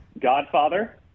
Godfather